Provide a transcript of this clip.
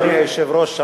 אדוני היושב-ראש,